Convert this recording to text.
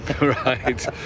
Right